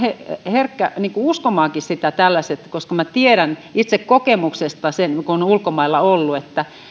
herkkä uskomaankin sitä koska minä tiedän itse kokemuksesta sen kun olen ulkomailla ollut että